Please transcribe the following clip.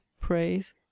praise